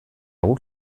guk